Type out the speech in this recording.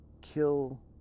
kill